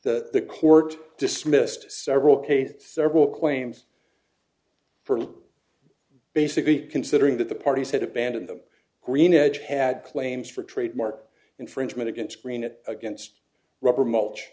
mulch the court dismissed several case several claims for basically considering that the parties had abandoned them green edge had claims for trademark infringement against green it against rubber mulch